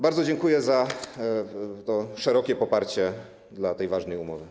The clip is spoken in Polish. Bardzo dziękuję za to szerokie poparcie dla tej ważnej umowy.